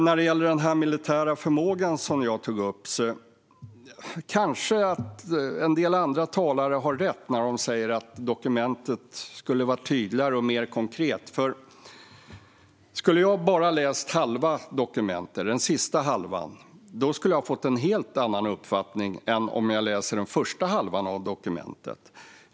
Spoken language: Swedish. När det gäller den militära förmågan som jag tog upp kanske en del talare har rätt när de säger att dokumentet skulle ha varit tydligare och mer konkret. Om jag bara hade läst den andra halvan av dokumentet skulle jag ha fått en helt annan uppfattning än om jag hade läst den första halvan.